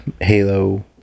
Halo